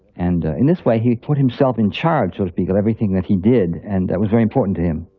and in this way, he put himself in charge, so to speak, of everything that he did, and that was very important to him.